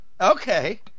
Okay